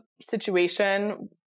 situation